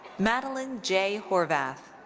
madeline j. horvath.